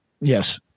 Yes